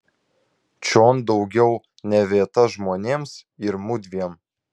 čion daugiau ne vieta žmonėms ir mudviem